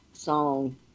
song